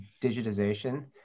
digitization